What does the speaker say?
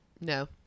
No